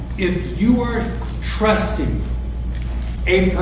if you are trusting a